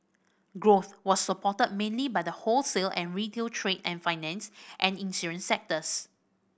growth was supported mainly by the wholesale and retail trade and finance and insurance sectors